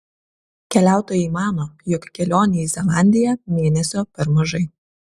keliautojai mano jog kelionei į zelandiją mėnesio per mažai